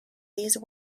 these